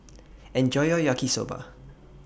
Enjoy your Yaki Soba